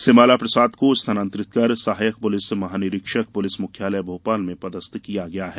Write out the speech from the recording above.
सिमाला प्रसाद को स्थानांतरित कर सहायक पुलिस महानिरीक्षक पुलिस मुख्यालय भोपाल में पदस्थ किया गया है